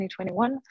2021